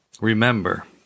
Remember